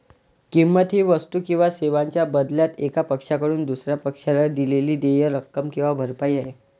किंमत ही वस्तू किंवा सेवांच्या बदल्यात एका पक्षाकडून दुसर्या पक्षाला दिलेली देय रक्कम किंवा भरपाई आहे